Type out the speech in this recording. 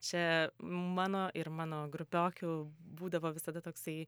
čia mano ir mano grupiokių būdavo visada toksai